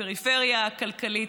לפריפריה הכלכלית,